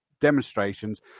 demonstrations